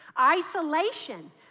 Isolation